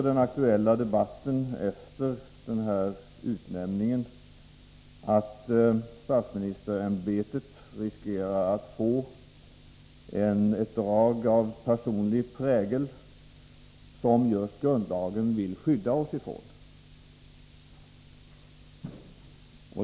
Den aktuella debatten efter denna utnämning visar också att statsministerämbetet riskerar att få ett drag av personlig prägel, som just grundlagen vill skydda oss från.